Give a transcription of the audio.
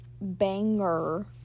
banger